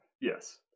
yes